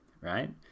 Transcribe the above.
right